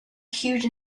huge